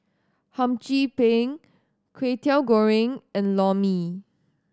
Hum Chim Peng Kway Teow Goreng and Lor Mee